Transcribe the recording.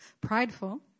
prideful